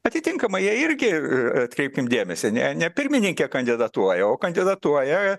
atitinkamai jie irgi atkreipkim dėmesį ane ne pirmininkė kandidatuoja o kandidatuoja